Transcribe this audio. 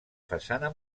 façana